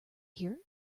here